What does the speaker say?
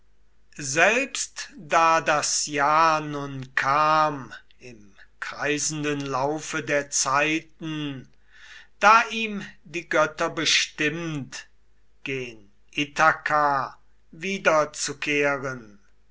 selbst da das jahr nun kam im kreisenden laufe der zeiten da ihm die götter bestimmt gen ithaka